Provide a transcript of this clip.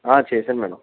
చేశాను మేడం